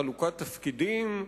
חלוקת תפקידים,